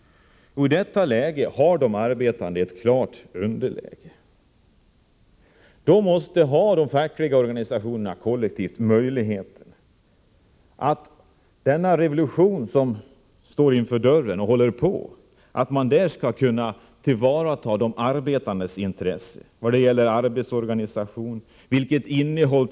I detta fall har de arbetande ett klart underläge. De fackliga organisationerna måste få kollektiva möjligheter att i denna revolution, som nu står för dörren och delvis redan pågår, kunna tillvarata de arbetandes intressen när det gäller arbetets organisation och teknikens innehåll.